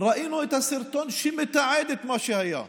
ראיתי את הסרטון שמתעד את מה שהיה: